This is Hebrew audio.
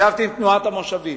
ישבתי עם תנועת המושבים,